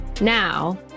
Now